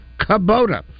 Kubota